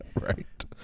Right